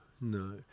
no